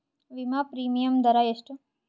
ವಿಮಾ ಪ್ರೀಮಿಯಮ್ ದರಾ ಎಷ್ಟು?